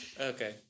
okay